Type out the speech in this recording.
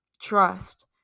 trust